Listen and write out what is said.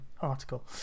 article